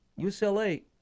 UCLA